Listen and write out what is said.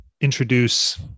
introduce